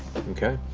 okay.